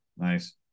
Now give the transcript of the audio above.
Nice